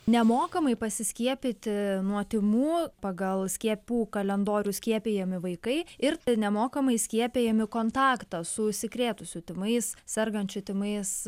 nemokamai pasiskiepyti nuo tymų pagal skiepų kalendorių skiepijami vaikai ir nemokamai skiepijami kontaktą su užsikrėtusių tymais sergančiu tymais